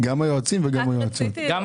גם את היועצים וגם את היועצות.